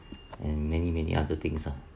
and many many other things ah